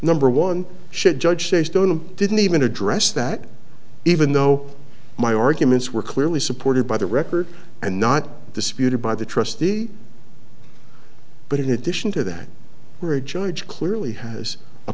number one should judge says don't and didn't even address that even though my arguments were clearly supported by the record and not disputed by the trustee but in addition to that we're a judge clearly has a